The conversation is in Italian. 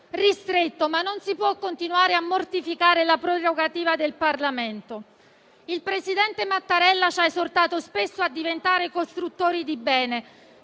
ristretto, ma non si può continuare a mortificare la prerogativa del Parlamento. Il presidente Mattarella ci ha esortato spesso a diventare costruttori di bene: